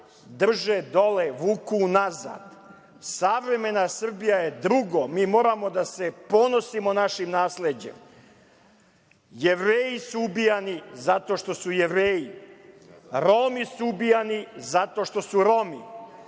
drže dole, vuku unazad. Savremena Srbija je drugo. Mi moramo da se ponosimo našim nasleđem. Jevreji su ubijani zato što su Jevreji. Romi su ubijani zato što su Romi.